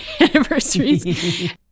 anniversaries